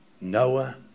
Noah